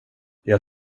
jag